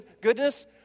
goodness